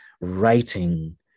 writing